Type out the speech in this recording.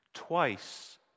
Twice